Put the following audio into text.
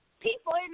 people